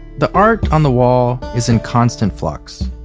the art on the wall is in constant flux.